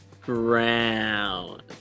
ground